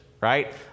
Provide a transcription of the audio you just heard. right